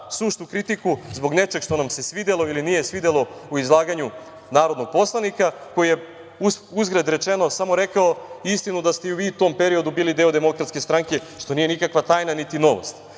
suštu kritiku zbog nečeg što nam se svidelo ili nije svidelo u izlaganju narodnog poslanika, koji je uzgred rečeno samo rekao istinu da ste i vi u tom periodu bili deo DS, što nije nikakva tajna, niti novost. Tako